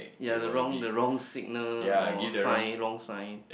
yea the wrong the wrong signal or sign wrong sign